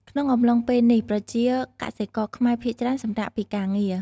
ក្នុងអំឡុងពេលនេះ ប្រជាកសិករខ្មែរភាគច្រើនសម្រាកពីការងារ។